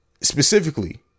specifically